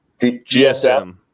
GSM